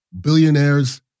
Billionaires